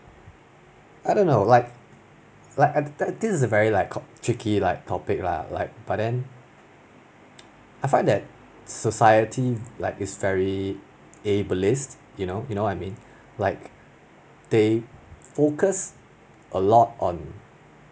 I don't know like like at that this is a very cop~ tricky like topic lah like but then I find that society like is very ableist you know you know what I mean like they focus a lot on like